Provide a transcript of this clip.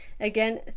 Again